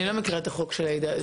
אני לא מכירה את החוק של עאידה.